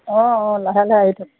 অঁ অঁ লাহে লাহে আহি থাকক